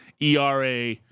ERA